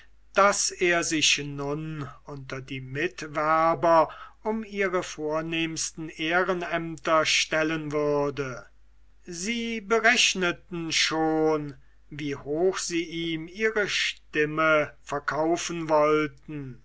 daß er sich nun unter die mitwerber um ihre vornehmsten ehrenämter stellen würde sie berechneten schon wie hoch sie ihm ihre stimme verkaufen wollten